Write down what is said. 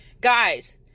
Guys